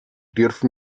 dürfen